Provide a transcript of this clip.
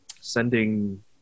sending